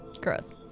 Gross